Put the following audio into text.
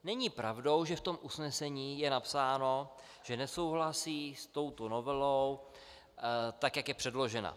Není pravdou, že v tom usnesení je napsáno, že nesouhlasí s touto novelou, tak jak je předložena.